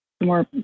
more